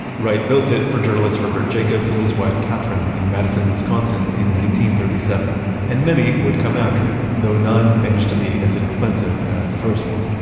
wright built it for journalist herbert jacobs and his wife katherine in madison, wisconsin in one thirty seven and many would come after it, though none managed to be as inexpensive as the first one,